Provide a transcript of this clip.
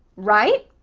right?